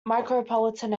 micropolitan